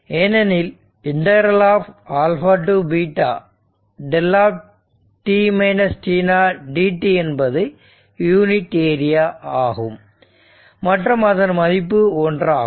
ஏனெனில் to ∫ δ dt என்பது unit area ஆகும் மற்றும் அதன் மதிப்பு 1 ஆகும்